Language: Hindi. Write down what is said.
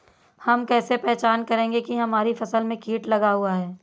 हम कैसे पहचान करेंगे की हमारी फसल में कीट लगा हुआ है?